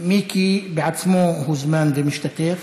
מיקי בעצמו הוזמן ומשתתף